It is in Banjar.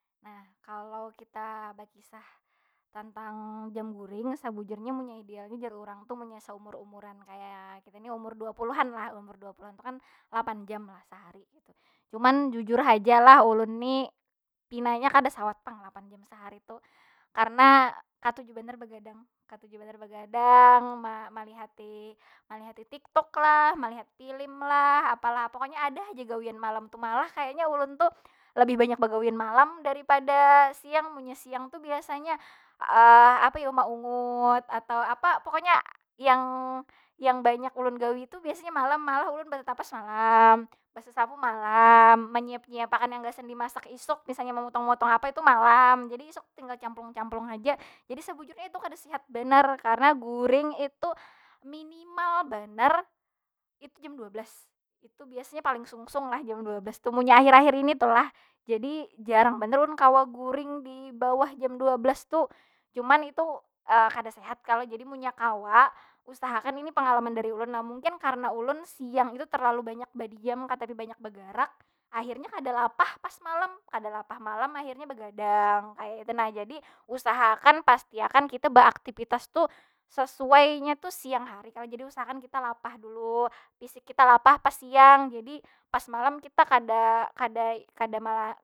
Nah kalau kita bakisah tentang jam guring, sebujurnya munnya idealnya jar urang tu munnya saumur- umuran kaya kita nih, umur dua puluhan lah, umur dua puluhan tu kan lapan jam lah sahari kaytu. Cuman jujur haja lah ulun ni, pinanya kada sawat pang lapan jam sahari tu. Karena katuju banar bagadang, katuju banar bagadang, malihati, malihati tiktok lah, malihati line lah, apalah apa, pokonya ada haja gawian malam tu. Malah kayanya ulun tu labih banyak bagawian malam daripada siang. Munnya siang tu biasanya apa yu? Maungut atau apa pokonya yang yang banyak ulun gawi tu biasanya malam. Malah ulun batatapas malam, basasapu malam, manyiap- nyiap akan yang gasan dimasak isuk misalnya mamotong- motong apa itu malam. jadi isuk tinggal camplung- camplung haja. Jadi sabujurnya itu kada sihat banar, karena guring itu minimal banar itu jam dua belas. Itu biasanya paling sung- sung lah jam dua belas tuh. Munnya akhir- akhir ini tu lah. Jadi jarang banar ulun kawa guring di bawah jam dua belas tu. Cuman itu kada sehat kalo. Jadi munnya kawa, usahakan ini pengalaman dari ulun lah. Mungkin karena ulun siang itu terlalu banyak badiam katapi banyak bagarak. Akhirnya kada lapah pas malam, kada lapah malam akhirnya bagadang kaya itu nah. Jadi usaha akan, pasti akan kita baaktipitas tu sesuainya tu siang hari. Jadi usahakan kita lapah dulu, pisik kita lapah pas siang. Jadi pas malam kita kada, kada- kada malah.